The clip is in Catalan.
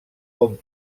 hom